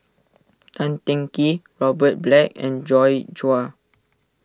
Tan Teng Kee Robert Black and Joi Chua